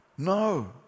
No